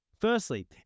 Firstly